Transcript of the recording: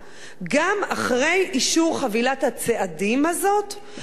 גם אחרי אישור חבילת הצעדים הזאת השכבות